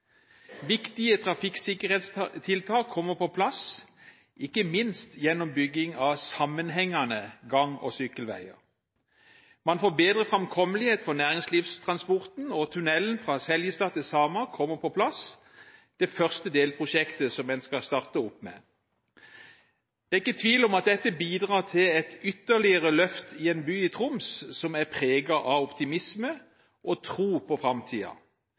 Viktige trafikksikkerhetstiltak kommer på plass, ikke minst gjennom bygging av sammenhengende gang- og sykkelveier. Man får bedre framkommelighet for næringslivstransporten, og tunnelen fra Seljestad til Sama kommer på plass i det første delprosjektet som en skal starte opp med. Det er ikke tvil om at dette bidrar til et ytterligere løft i en by i Troms som er preget av optimisme og tro på